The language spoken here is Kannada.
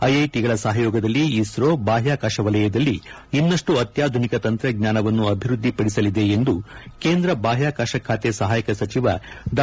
ಐಐಟಗಳ ಸಹಯೋಗದಲ್ಲಿ ಇಸ್ತೋ ಬಾಹ್ಕಾಕಾಶ ವಲಯದಲ್ಲಿ ಇನ್ನಷ್ಟು ಅತ್ಯಾಧುನಿಕ ತಂತ್ರಜ್ಞಾನವನ್ನು ಅಭಿವೃದ್ದಿ ಪಡಿಸಲಿದೆ ಎಂದು ಕೇಂದ್ರ ಬಾಹ್ವಾಕಾಶ ಖಾತೆ ಸಹಾಯಕ ಸಚಿವ ಡಾ